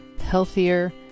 healthier